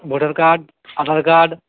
voter card Aadhaar card